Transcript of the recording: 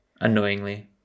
Annoyingly